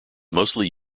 mostly